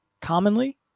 commonly